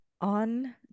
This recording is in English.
On